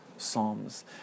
psalms